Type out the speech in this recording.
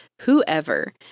whoever